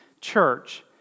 church